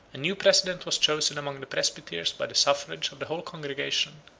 a new president was chosen among the presbyters by the suffrages of the whole congregation,